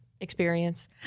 experience